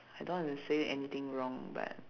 I don't want to say anything wrong but